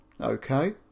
Okay